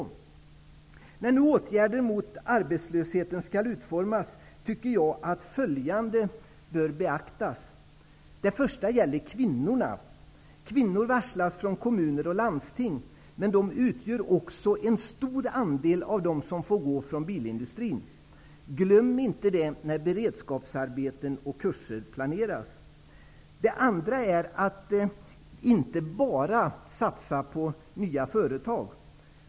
När nu åtgärder mot arbetslöshet skall utformas tycker jag att följande bör beaktas: För det första gäller det att se till kvinnornas situation. Kvinnor varslas inom landsting och kommuner, men de utgör också en stor andel av dem som får gå från bilindustrin. Glöm inte det när beredskapsarbeten och kurser planeras. För det andra gäller det att inte bara satsa på nya företag.